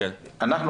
אני שואל,